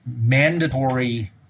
mandatory